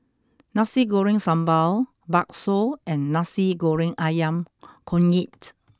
Nasi Goreng Sambal Bakso and Nasi Goreng Ayam Kunyit